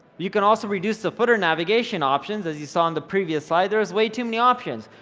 you can also reduce the footer navigation options. as you saw in the previous slide, there was way too many options.